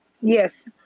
Yes